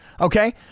Okay